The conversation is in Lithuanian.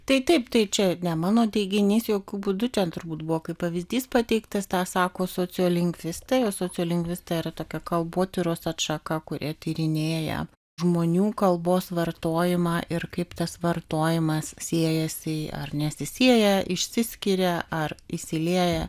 tai taip tai čia ne mano teiginys jokiu būdu ten turbūt buvo kaip pavyzdys pateiktas tą sako sociolingvistai o sociolingvistai yra tokia kalbotyros atšaka kuri tyrinėja žmonių kalbos vartojimą ir kaip tas vartojimas siejasi ar nesisieja išsiskiria ar įsilieja